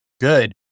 good